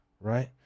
right